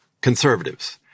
conservatives